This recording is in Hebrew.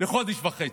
לחודש וחצי.